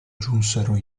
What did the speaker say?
giunsero